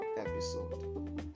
episode